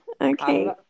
Okay